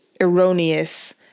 erroneous